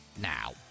now